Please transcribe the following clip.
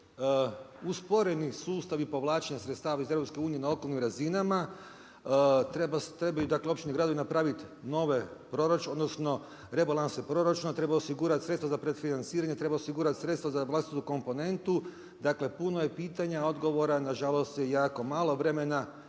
usporeni sustavi povlačenja sredstava iz EU na lokalnim razinama. Trebaju općine i gradovi napraviti rebalanse proračuna, treba osigurati sredstva za predfinanciranje, treba osigurati sredstva za vlastitu komponentu, dakle puno je pitanja, a odgovora nažalost je jako malo, vremena